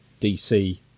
dc